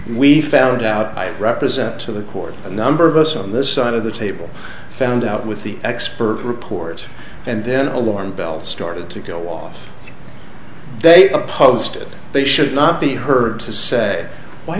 we found out i represent to the court a number of us on this side of the table found out with the expert report and then a warm belt started to go off they've opposed it they should not be heard to say why